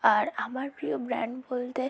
আর আমার প্রিয় ব্র্যান্ড বলতে